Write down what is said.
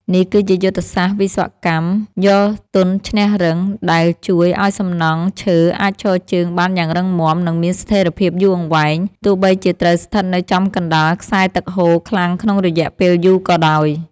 នេះគឺជាយុទ្ធសាស្ត្រវិស្វកម្ម យកទន់ឈ្នះរឹង ដែលជួយឱ្យសំណង់ឈើអាចឈរជើងបានយ៉ាងរឹងមាំ និងមានស្ថិរភាពយូរអង្វែង ទោះបីជាត្រូវស្ថិតនៅចំកណ្ដាលខ្សែទឹកហូរខ្លាំងក្នុងរយៈពេលយូរក៏ដោយ។